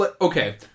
Okay